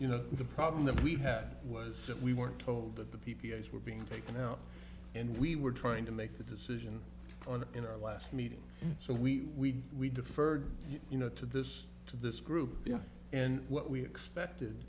you know the problem that we had was that we weren't told that the p p o s were being taken out and we were trying to make the decision on in our last meeting so we deferred you know to this to this group and what we expect